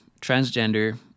transgender